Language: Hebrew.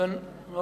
תודה רבה,